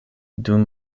dum